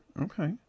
Okay